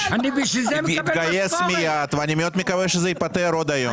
התגייס מיד ואני מאוד מקווה שזה ייפתר עוד היום.